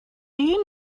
you